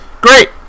great